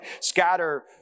scatter